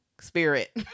Spirit